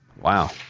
Wow